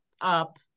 up